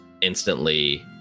instantly